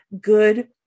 good